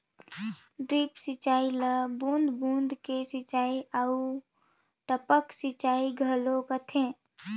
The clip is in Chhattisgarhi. ड्रिप सिंचई ल बूंद बूंद के सिंचई आऊ टपक सिंचई घलो कहथे